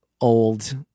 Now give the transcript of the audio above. old